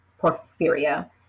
porphyria